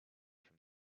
from